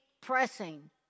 pressing